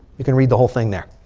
you can read the whole thing there.